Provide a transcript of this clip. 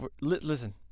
listen